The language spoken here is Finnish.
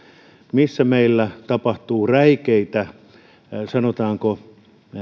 missä meillä tapahtuu sanotaanko räikeätä